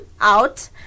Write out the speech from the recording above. out